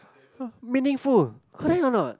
meaningful correct or not